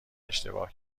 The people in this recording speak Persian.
اشتباه